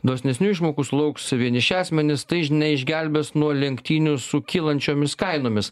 dosnesnių išmokų sulauks vieniši asmenys neišgelbės nuo lenktynių su kylančiomis kainomis